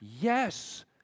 Yes